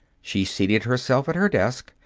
she seated herself at her desk.